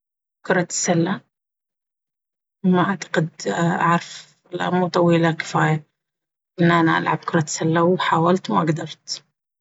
كرة السلة، ما أعتقد أعرف لأن مو طويلة كفاية أن أنا ألعب كرة السلة وحاولت وما قدرت